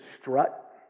strut